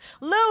Lou